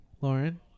Lauren